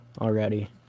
already